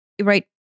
right